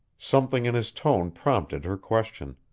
something in his tone prompted her question.